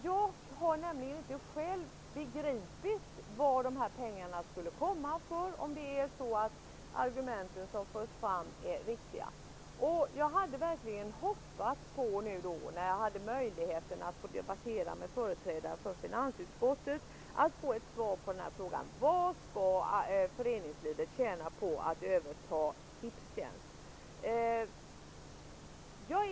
Jag har själv aldrig begripit var dessa pengar skall komma ifrån, om argumenten som förs fram nu är riktiga. När jag nu hade möjlighet att debattera med företrädare för finansutskottet hade jag verkligen hoppats på att få ett svar på frågan: Vad tjänar föreningslivet på att överta Tipstjänst?